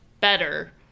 better